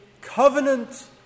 covenant